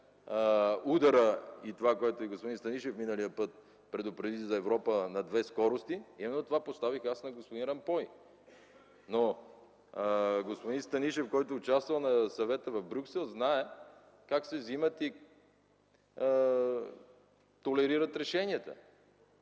удара и това, което и господин Станишев миналия път предупреди за Европа – на две скорости, именно това поставих аз на господин Ромпой. Господин Станишев, който е участвал на Съвета в Брюксел, знае как се взимат и толерират решенията.